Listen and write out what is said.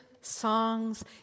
songs